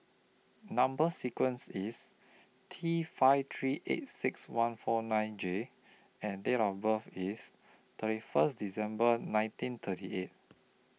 Number sequence IS T five three eight six one four nine J and Date of birth IS thirty First December nineteen thirty eight